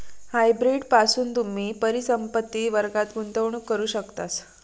hybrid पासून तुम्ही परिसंपत्ति वर्गात गुंतवणूक करू शकतास